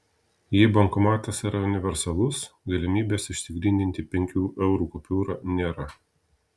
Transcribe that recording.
jei bankomatas yra universalus galimybės išsigryninti penkių eurų kupiūrą nėra